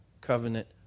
covenant